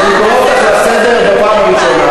אז אני קורא אותך לסדר בפעם הראשונה,